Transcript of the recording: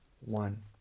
one